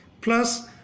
Plus